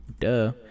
Duh